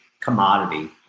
commodity